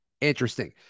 interesting